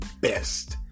best